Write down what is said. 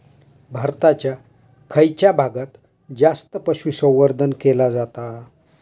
भारताच्या खयच्या भागात जास्त पशुसंवर्धन केला जाता?